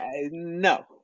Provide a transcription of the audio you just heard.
no